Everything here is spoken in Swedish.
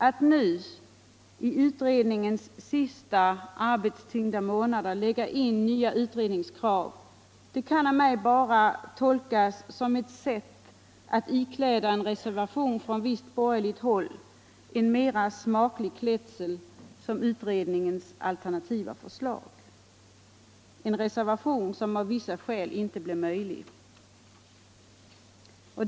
Att man nu — i utredningens sista arbetstyngda månader — lägger in nya utredningskrav kan av mig bara tolkas som ett sätt att ikläda en reservation från visst borgerligt håll en mer smaklig klädsel som utredningens alternativa förslag, en reservation som av vissa skäl inte blev möjlig.